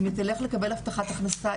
אם היא תלך לקבל הבטחת הכנסה,